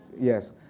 Yes